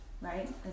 right